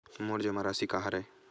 मोर जमा राशि का हरय?